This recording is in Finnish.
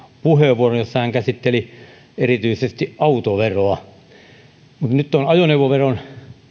puheenvuoron jossa hän käsitteli erityisesti autoveroa mutta nyt on ajoneuvoveron